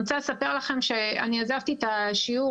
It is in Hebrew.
אני רוצה לספר לכם שאני עזבתי את השיעור,